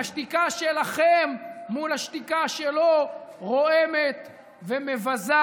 והשתיקה שלכם מול השתיקה שלו רועמת ומבזה,